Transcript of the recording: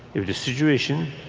if the situation